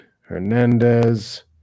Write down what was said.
Hernandez